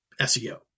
SEO